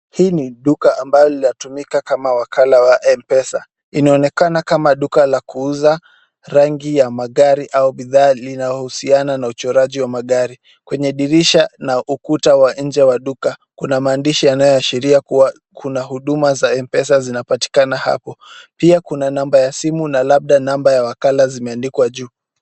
Hii ni duka ambalo linatumika kama wakala wa mpesa, inaonekana kama duka la kuuza rangi ya magari au bidhaa linahusiana na uchoraji wa magari. Kwenye dirisha na ukuta wa nje wa duka kuna maandishi yanayoashiria kuwa kuna huduma za mpesa zinapatikana hapo. Pia kuna namba ya simu na labda namba ya wakala zimeandikwa juu.